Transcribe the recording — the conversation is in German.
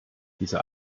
diese